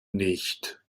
nicht